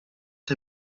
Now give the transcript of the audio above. der